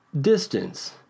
distance